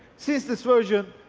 since this version,